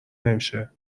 نمیشه